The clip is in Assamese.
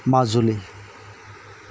মাজুলী